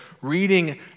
reading